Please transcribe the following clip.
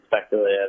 speculative